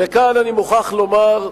וכאן אני מוכרח לומר,